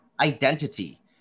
identity